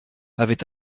avait